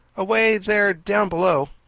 away there, down below.